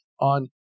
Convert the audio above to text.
on